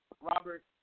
Robert